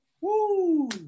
Woo